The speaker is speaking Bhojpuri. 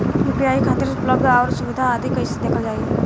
यू.पी.आई खातिर उपलब्ध आउर सुविधा आदि कइसे देखल जाइ?